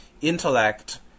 intellect